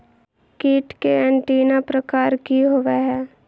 कीट के एंटीना प्रकार कि होवय हैय?